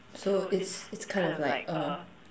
so it's it's kind of like a